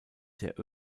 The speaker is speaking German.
der